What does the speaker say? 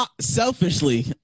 Selfishly